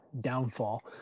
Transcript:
downfall